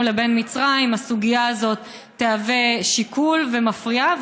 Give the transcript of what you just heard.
לבין מצרים הסוגיה הזאת תהווה שיקול והיא מפריעה?